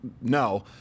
no